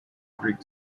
greek